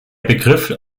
begriff